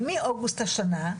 מאוגוסט השנה,